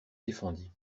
défendit